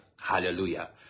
Hallelujah